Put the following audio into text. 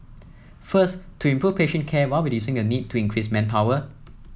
first to improve patient care while reducing the need to increase manpower